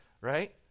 right